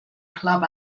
club